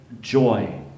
joy